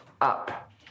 up